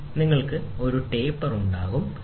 നിങ്ങൾക്ക് ഒരു ടേപ്പർ ഉണ്ടാകും ശരി